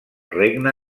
regne